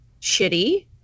shitty